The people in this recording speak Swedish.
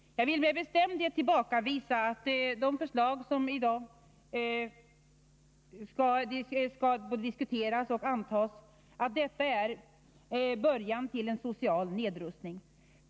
Jag vill med bestämdhet tillbakavisa påståendet att det förslag som kammarens ledamöter i dag diskuterar och skall ta ställning till är början till en social nedrustning.